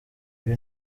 uyu